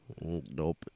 nope